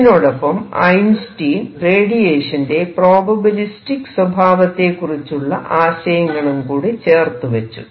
ഇതിനോടൊപ്പം ഐൻസ്റ്റൈൻ റേഡിയേഷന്റെ പ്രോബബിലിസ്റ്റിക് സ്വാഭാവത്തെകുറിച്ചുള്ള ആശയങ്ങളും കൂടി ചേർത്തുവെച്ചു